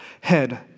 head